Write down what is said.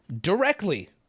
directly